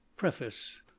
Preface